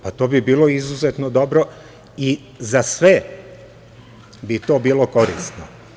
Pa, to bi bilo izuzetno dobro i za sve bi to bilo korisno.